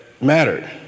mattered